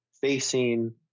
facing